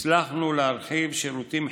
הצלחנו להרחיב שירותים חיוניים,